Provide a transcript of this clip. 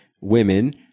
women